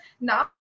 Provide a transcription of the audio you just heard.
now